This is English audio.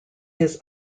his